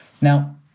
Now